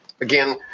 Again